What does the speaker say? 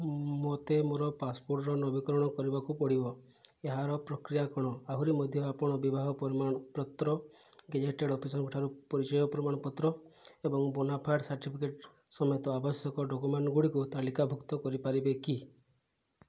ମୋତେ ମୋର ପାସପୋର୍ଟ୍ର ନବୀକରଣ କରିବାକୁ ପଡ଼ିବ ଏହାର ପ୍ରକ୍ରିୟା କ'ଣ ଆହୁରି ମଧ୍ୟ ଆପଣ ବିବାହ ପ୍ରମାଣପତ୍ର ଗେଜେଟେଡ଼୍ ଅଫିସରଙ୍କ ଠାରୁ ପରିଚୟ ପ୍ରମାଣପତ୍ର ଏବଂ ବୋନାଫାଏଡ଼୍ ସାର୍ଟିଫିକେଟ୍ ସମେତ ଆବଶ୍ୟକ ଡକ୍ୟୁମେଣ୍ଟ୍ଗୁଡ଼ିକୁ ତାଲିକାଭୁକ୍ତ କରିପାରିବେ କି